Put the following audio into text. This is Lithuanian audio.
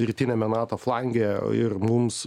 rytiniame nato flange ir mums